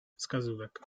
wskazówek